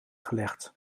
gelegd